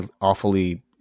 awfully